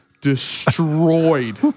destroyed